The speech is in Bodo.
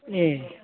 ए